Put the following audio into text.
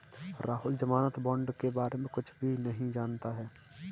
राहुल ज़मानत बॉण्ड के बारे में कुछ भी नहीं जानता है